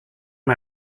run